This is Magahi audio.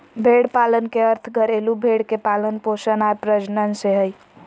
भेड़ पालन के अर्थ घरेलू भेड़ के पालन पोषण आर प्रजनन से हइ